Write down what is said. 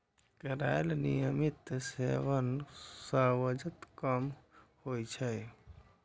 करैलाक नियमित सेवन सं वजन कम होइ छै